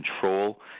control